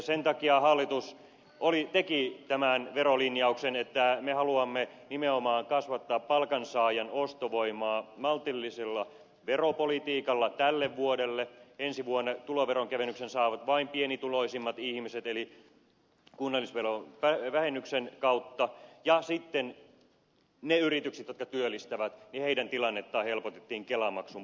sen takia hallitus teki tämän verolinjauksen että me haluamme nimenomaan kasvattaa palkansaajan ostovoimaa maltillisella veropolitiikalla tälle vuodelle ensi vuonna tuloveronkevennyksen saavat vain pienituloisimmat ihmiset eli kunnallisverovähennyksen kautta ja sitten niiden yritysten tilannetta jotka työllistävät helpotettiin kelamaksun poistolla